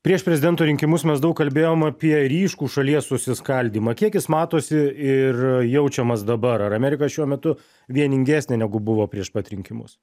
prieš prezidento rinkimus mes daug kalbėjom apie ryškų šalies susiskaldymą kiek jis matosi ir jaučiamas dabar ar amerika šiuo metu vieningesnė negu buvo prieš pat rinkimus